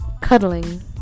cuddling